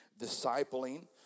discipling